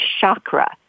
chakra